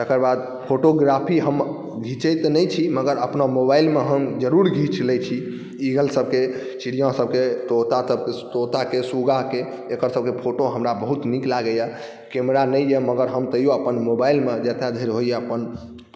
तकर बाद फोटोग्राफी हम घिचै तऽ नहि छी मगर अपना मोबाइलमे हम जरूर घीचि लै छी ईगलसबके चिड़िआसबके तोताके सुग्गाके एकरसबके फोटो हमरा बहुत नीक लागैए कैमरा नहि अइ मगर हम तैओ अपन मोबाइलमे जतऽ धरि होइए अपन